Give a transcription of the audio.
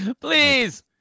Please